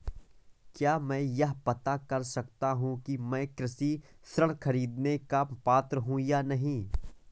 क्या मैं यह पता कर सकता हूँ कि मैं कृषि ऋण ख़रीदने का पात्र हूँ या नहीं?